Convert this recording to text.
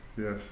yes